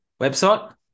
Website